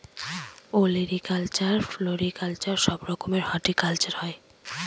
olericulture, floriculture সব রকমের horticulture হয়